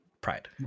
pride